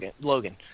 Logan